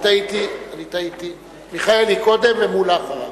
אני טעיתי, מיכאלי קודם ומולה אחריו.